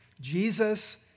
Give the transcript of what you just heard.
Jesus